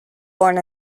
born